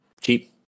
Cheap